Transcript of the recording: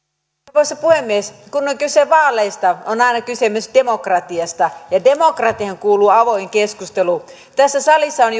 arvoisa puhemies kun on kyse vaaleista on aina kyse myös demokratiasta ja demokratiaan kuuluu avoin keskustelu tässä salissa on